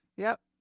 yep.